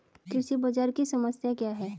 कृषि बाजार की समस्या क्या है?